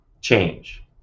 change